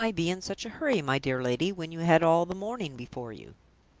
why be in such a hurry, my dear lady, when you had all the morning before you?